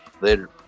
Later